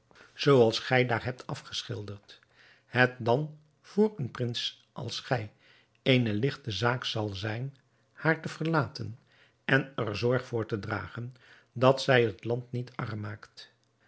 zooals gij daar hebt afgeschilderd het dan voor een prins als gij eene ligte zaak zal zijn haar te verlaten en er zorg voor te dragen dat zij het land niet